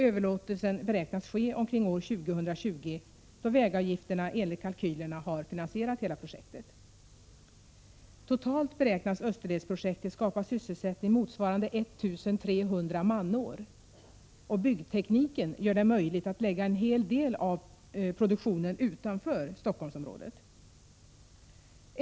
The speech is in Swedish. Överlåtelsen beräknas ske omkring år 2020, då vägavgifterna enligt kalkylerna har finansierat hela projektet. Totalt beräknas Österledsprojektet skapa sysselsättning motsvarande 1300 manår. Byggtekniken gör det möjligt att lägga en hel del av produktionen utanför Stockholmsområdet.